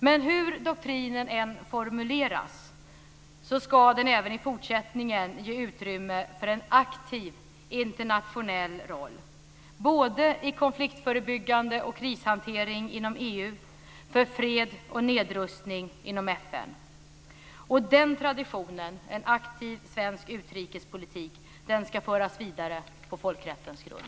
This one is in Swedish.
Men hur doktrinen än formuleras ska den även i fortsättningen ge utrymme för en aktiv internationell roll både i fråga om konkliktförebyggande och krishantering inom EU och i fråga om fred och nedrustning inom FN. Den traditionen, en aktiv svensk utrikespolitik, ska föras vidare på folkrättens grund.